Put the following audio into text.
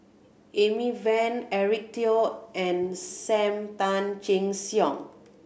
Amy Van Eric Teo and Sam Tan Chin Siong